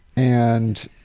and.